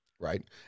Right